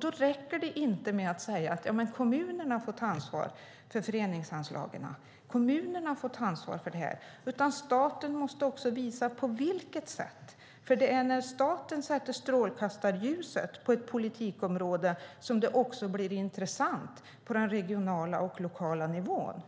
Då räcker det inte att säga att kommunerna får ta ansvar för föreningsanslagen, att kommunerna får ta ansvar för det här, utan staten måste visa på vilket sätt. Det är när staten sätter strålkastarljuset på ett politikområde som det blir intressant på den regionala och den lokala nivån.